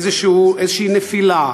איזושהי נפילה,